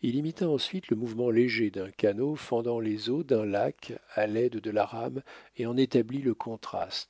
il imita ensuite le mouvement léger d'un canot fendant les eaux d'un lac à l'aide de la rame et en établit le contraste